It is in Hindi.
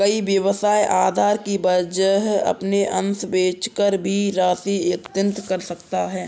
कोई व्यवसाय उधार की वजह अपने अंश बेचकर भी राशि एकत्रित कर सकता है